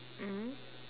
mmhmm